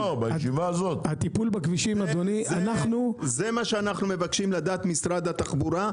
זה מה שאנחנו מבקשים לדעת ממשרד התחבורה,